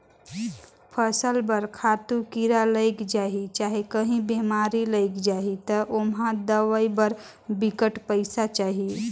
फसल बर खातू, कीरा लइग जाही चहे काहीं बेमारी लइग जाही ता ओम्हां दवई बर बिकट पइसा चाही